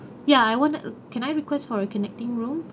ya I want to can I request for the connecting room